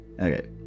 Okay